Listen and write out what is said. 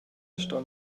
ston